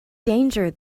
danger